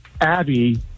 Abby